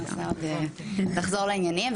נחזור לעניינים,